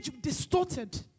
distorted